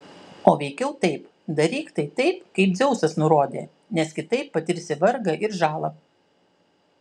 o veikiau taip daryk tai taip kaip dzeusas nurodė nes kitaip patirsi vargą ir žalą